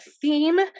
theme